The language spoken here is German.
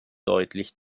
deutlich